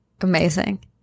Amazing